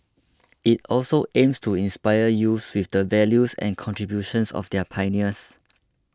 it also aims to inspire youths with the values and contributions of their pioneers